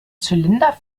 zylinder